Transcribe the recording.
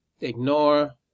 Ignore